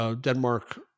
Denmark